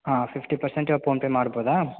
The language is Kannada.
ಹಾಂ ಫಿಫ್ಟಿ ಪರ್ಸೆಂಟ್ ಇವಾಗ ಪೋನ್ಪೇ ಮಾಡ್ಬೋದಾ